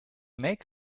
make